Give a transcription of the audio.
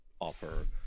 offer